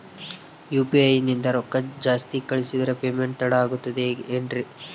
UPI ನಿಂದ ರೊಕ್ಕ ಜಾಸ್ತಿ ಕಳಿಸಿದರೆ ಪೇಮೆಂಟ್ ತಡ ಆಗುತ್ತದೆ ಎನ್ರಿ?